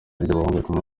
ry’abahungu